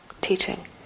teaching